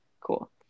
cool